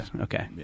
Okay